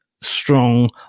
strong